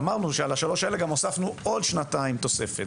אמרנו שעל השלוש האלה גם הוספנו עוד שנתיים תוספת.